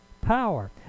power